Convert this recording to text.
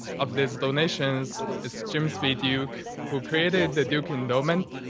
of this donations is james b. duke, who created the duke endowment,